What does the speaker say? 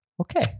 okay